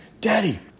Daddy